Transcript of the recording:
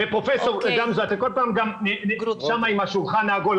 ופרופ' גרוטו, אתה כל פעם שם עם השולחן העגול.